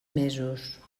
mesos